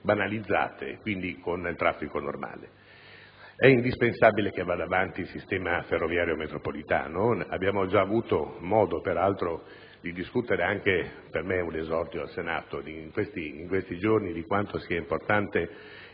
banalizzate, quindi con traffico normale. È indispensabile che vada avanti il sistema ferroviario metropolitano, abbiamo già avuto modo per altro di discutere anche in questi giorni (per me è un esordio al Senato) di quanto sia importante